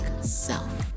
self